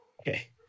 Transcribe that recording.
Okay